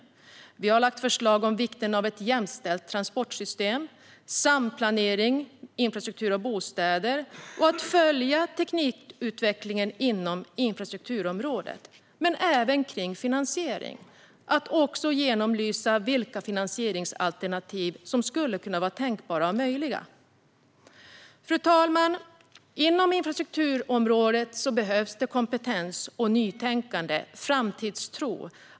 Vi har lagt fram förslag om vikten av ett jämställt transportsystem, samplanering av infrastruktur och bostäder och att följa teknikutvecklingen inom infrastrukturområdet. Vi har även lagt fram förslag gällande finansiering och om att genomlysa vilka finansieringsalternativ som skulle kunna vara tänkbara och möjliga. Fru talman! Inom infrastrukturområdet behövs det kompetens, nytänkande och framtidstro.